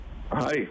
Hi